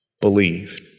believed